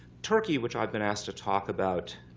turkey, which i've been asked to talk about,